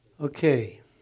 Okay